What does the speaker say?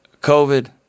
COVID